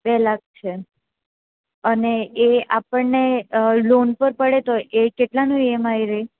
બે લાખ છે અને એ આપણને લોન પર પડે તો એ કેટલાનું ઈએમઆઈ રહે